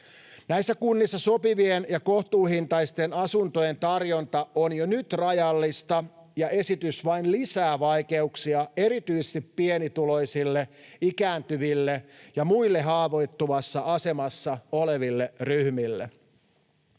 Näissä kunnissa sopivien ja kohtuuhintaisten asuntojen tarjonta on jo nyt rajallista, ja esitys vain lisää vaikeuksia erityisesti pienituloisille, ikääntyville ja muille haavoittuvassa asemassa oleville ryhmille.